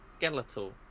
Skeletal